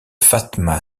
fatma